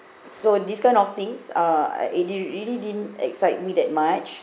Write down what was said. so these kind of things uh it didn't really didn't excite me that much